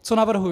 Co navrhuji?